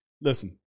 Listen